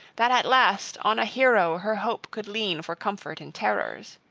that at last on a hero her hope could lean for comfort in terrors.